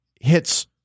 hits